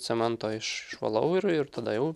cemento išvalau ir ir tada jau